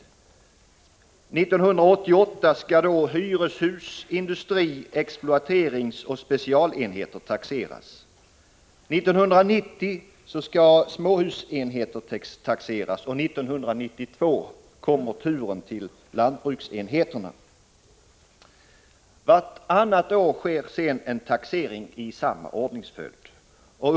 År 1988 skall hyreshus-, industri-, exploateringsoch specialenheter taxeras. År 1990 taxeras småhusenheterna, och 1992 kommer turen till lantbruksenheterna. Vartannat år sker sedan en taxering i samma ordningsföljd.